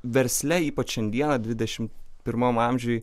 versle ypač šiandieną dvidešimt pirmam amžiuj